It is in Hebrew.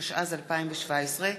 התשע"ז 2017,